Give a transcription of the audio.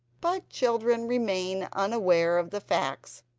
but children remain unaware of the facts,